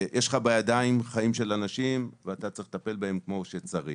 יש לך בידיים חיים של אנשים ואתה צריך לטפל בהם כמו שצריך.